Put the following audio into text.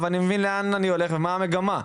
ואני מבין לאן אני הולך ומה המגמה.